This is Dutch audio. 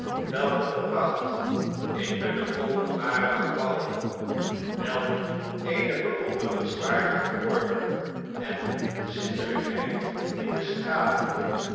een pracht in hunne openbare gebouwen welk eene bewonderenswaardige orde en zindelpheid in de straten